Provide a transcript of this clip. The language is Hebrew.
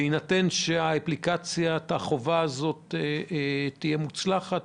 בהינתן שאפליקציית החובה הזאת תהיה מוצלחת,